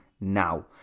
now